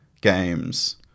games